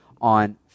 on